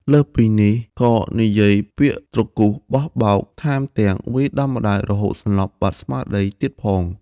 លើសពីនេះក៏និយាយពាក្យទ្រគោះបោះបោក ថែមទាំងវាយដំម្ដាយរហូតសន្លប់បាត់ស្មារតីទៀតផង។